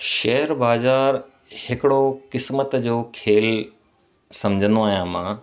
share बाज़ारि हिकिड़ो क़िस्मत जो खेल सम्झंदो आहियां मां